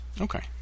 Okay